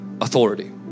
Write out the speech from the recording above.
authority